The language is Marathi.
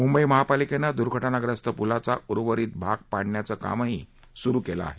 मूंबई महापालिकेनं द्र्घटनाग्रस्त प्लाचा उर्वरित भा ही पाडण्याचं काम सुरु केलं आहे